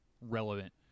relevant